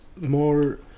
more